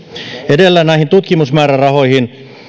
edelleen näihin tutkimusmäärärahoihin